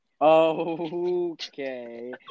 Okay